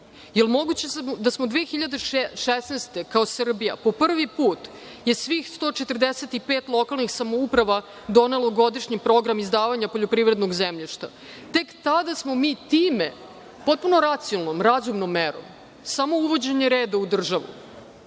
je moguće da je 2016. godine po prvi put svih 145 lokalnih samouprava donelo godišnji program izdavanja poljoprivrednog zemljišta? Tek tada smo mi time potpuno racionalnom, razumnom merom, samo uvođenje reda u državu